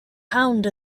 hound